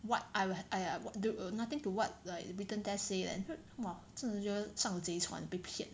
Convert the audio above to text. what I would I I nothing to what like the written test say leh !wah! 真的觉得上贼船被骗